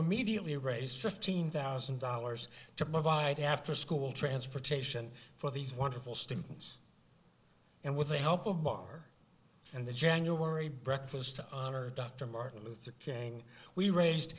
immediately raise fifteen thousand dollars to provide after school transportation for these wonderful students and with the help of bar and the january breakfast on earth dr martin luther king we raised